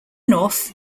north